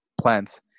plants